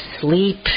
sleep